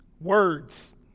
words